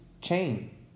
chain